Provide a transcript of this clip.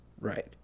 Right